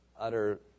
Utter